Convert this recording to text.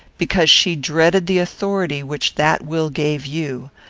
because she dreaded the authority which that will gave you,